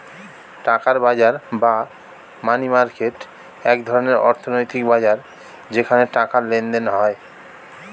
টাকার বাজার বা মানি মার্কেট এক ধরনের অর্থনৈতিক বাজার যেখানে টাকার লেনদেন হয়